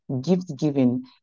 gift-giving